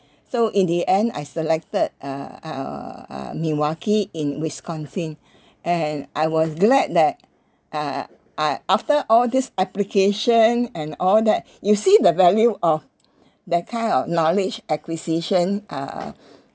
so in the end I selected err uh milwaukee in wisconsin and I was glad that(uh)I after all this application and all that you see the value of that kind of knowledge acquisition uh